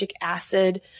acid